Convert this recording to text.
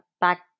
back